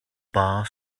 bar